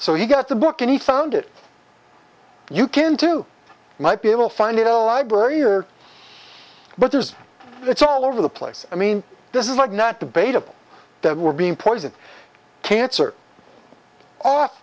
so he got the book and he found it you can too might be able to find it a library or but there's it's all over the place i mean this is like not debatable that we're being poisoned cancer off